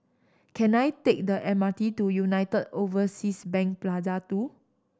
can I take the M R T to United Overseas Bank Plaza Two